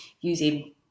using